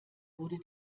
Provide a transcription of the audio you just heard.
wurde